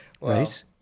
right